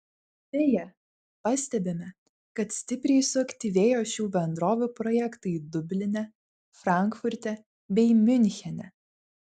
beje pastebime kad stipriai suaktyvėjo šių bendrovių projektai dubline frankfurte bei miunchene